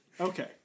Okay